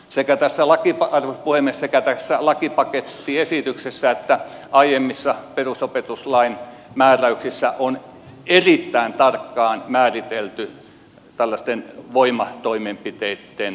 sekä tässä lakipakettiesityksessä että aiemmissa perusopetuslain määräyksissä on erittäin tarkkaan määritelty tällaisten voimatoimenpiteitten käyttö